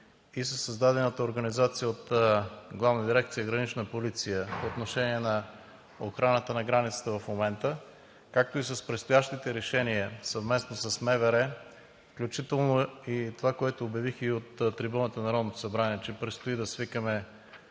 Със създадената организация от Главна дирекция „Гранична полиция“ по отношение на охраната на границата в момента, както и с предстоящите решения съвместно с МВР, включително и това, което обявих и от трибуната на Народното събрание, че предстои да свикаме